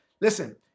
listen